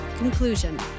Conclusion